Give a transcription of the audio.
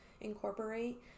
incorporate